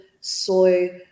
soy